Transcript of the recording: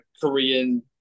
Korean